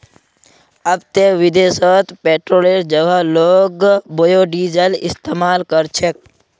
अब ते विदेशत पेट्रोलेर जगह लोग बायोडीजल इस्तमाल कर छेक